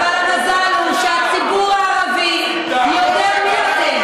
אבל המזל הוא שהציבור הערבי יודע מי אתם.